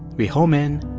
we home in,